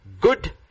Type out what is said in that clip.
good